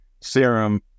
serum